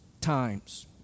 times